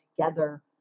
together